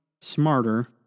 smarter